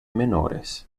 menores